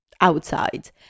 outside